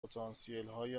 پتانسیلهای